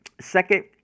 Second